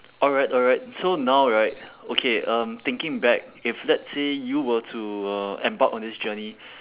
alright alright so now right okay um thinking back if let's say you were to uh embark on this journey